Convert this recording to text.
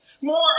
more